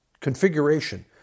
configuration